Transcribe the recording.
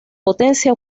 potencia